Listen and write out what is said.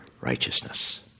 righteousness